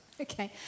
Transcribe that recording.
Okay